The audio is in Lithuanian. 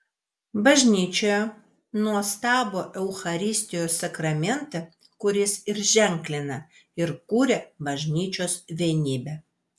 bažnyčioje nuostabų eucharistijos sakramentą kuris ir ženklina ir kuria bažnyčios vienybę